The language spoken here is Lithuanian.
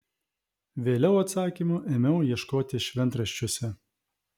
vėliau atsakymų ėmiau ieškoti šventraščiuose